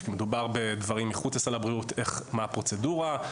כשמדובר בדברים מחוץ לסל הבריאות מה הפרוצדורה,